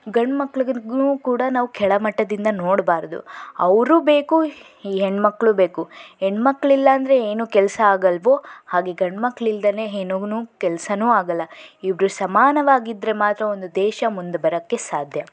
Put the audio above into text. ಗಂಡು ಮಕ್ಳಿಗು ಕೂಡ ನಾವು ಕೆಳಮಟ್ಟದಿಂದ ನೋಡ್ಬಾರ್ದು ಅವರು ಬೇಕು ಹೆಣ್ಣು ಮಕ್ಳು ಬೇಕು ಹೆಣ್ಮಕ್ಕಳು ಇಲ್ಲ ಅಂದರೆ ಏನೂ ಕೆಲಸ ಆಗಲ್ವೋ ಹಾಗೆ ಗಂಡು ಮಕ್ಕಳು ಇಲ್ಲದೇನೆ ಏನೂ ಕೆಲಸವೂ ಆಗಲ್ಲ ಇಬ್ರು ಸಮಾನವಾಗಿದ್ರೆ ಮಾತ್ರ ಒಂದು ದೇಶ ಮುಂದೆ ಬರೋಕ್ಕೆ ಸಾಧ್ಯ